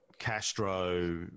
Castro